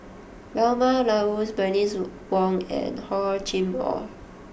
Vilma Laus Bernice Wong and Hor Chim Or